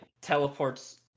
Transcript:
teleports